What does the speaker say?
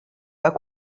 pas